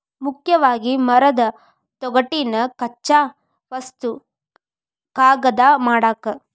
ಮುಖ್ಯವಾಗಿ ಮರದ ತೊಗಟಿನ ಕಚ್ಚಾ ವಸ್ತು ಕಾಗದಾ ಮಾಡಾಕ